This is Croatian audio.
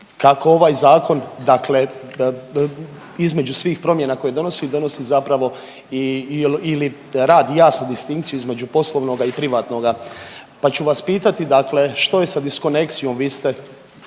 kako ovaj zakon, dakle između svih promjena koje donosi, donosi zapravo i/ili radi jasnu distinkciju između poslovnoga i privatnoga pa ću vas pitati, dakle što je sa diskonekcijom.